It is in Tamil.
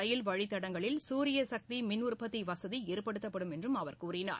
ரயில் வழித்தடங்களில் சூரிய சக்தி மின் உற்பத்தி வசதி ஏற்படுத்தப்படும் என்றும் அவர் கூறினார்